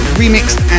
remixed